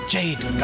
Jade